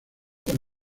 con